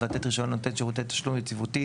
לתת רישיון נותן שירותי תשלום יציבותי